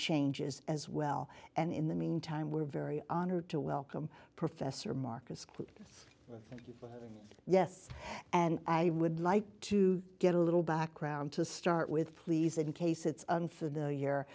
changes as well and in the meantime we're very honored to welcome professor mark askew yes and i would like to get a little background to start with please in case it's unfa